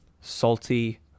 salty